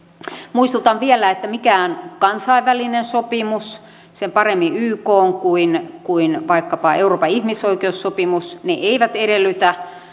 muistutan vielä että mikään kansainvälinen sopimus ei sen paremmin ykn kuin kuin vaikkapa euroopan ihmisoikeussopimus ei edellytä